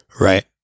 Right